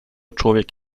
człowiek